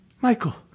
Michael